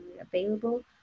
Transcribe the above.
available